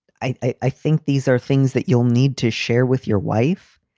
i i i think these are things that you'll need to share with your wife.